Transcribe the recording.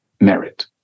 merit